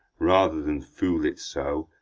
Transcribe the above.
rather than fool it so,